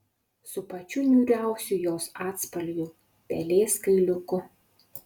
su pačiu niūriausiu jos atspalviu pelės kailiuku